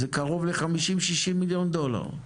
עשרה מיליון דולר?